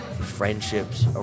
friendships